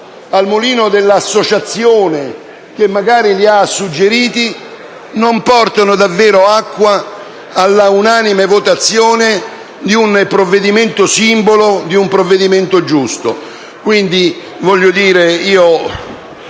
al mulino dell'associazione che magari li ha suggeriti, non portano davvero acqua all'unanime votazione di un provvedimento simbolo e di un provvedimento giusto. Non posso votare a